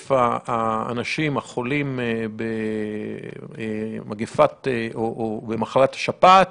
בהיקף האנשים החולים במחלת השפעת.